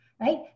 Right